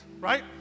right